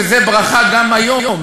וזה ברכה גם היום,